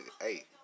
hey